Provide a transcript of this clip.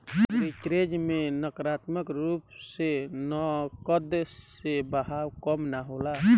arbitrage में नकारात्मक रूप से नकद के बहाव कम ना होला